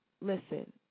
Listen